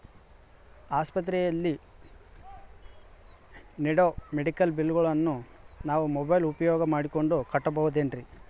ಆಸ್ಪತ್ರೆಯಲ್ಲಿ ನೇಡೋ ಮೆಡಿಕಲ್ ಬಿಲ್ಲುಗಳನ್ನು ನಾವು ಮೋಬ್ಯೆಲ್ ಉಪಯೋಗ ಮಾಡಿಕೊಂಡು ಕಟ್ಟಬಹುದೇನ್ರಿ?